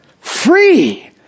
Free